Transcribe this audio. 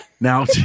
Now